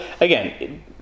again